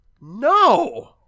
No